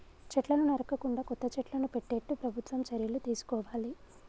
చెట్లను నరకకుండా కొత్త చెట్లను పెట్టేట్టు ప్రభుత్వం చర్యలు తీసుకోవాలి